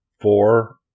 four